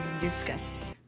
discuss